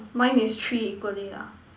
mine is three equally lah